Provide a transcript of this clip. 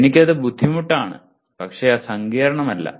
എനിക്ക് അത് ബുദ്ധിമുട്ടാണ് പക്ഷേ സങ്കീർണ്ണമല്ല